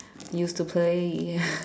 used to play